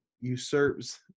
usurps